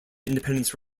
independence